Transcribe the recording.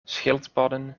schildpadden